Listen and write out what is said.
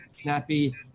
snappy